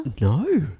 No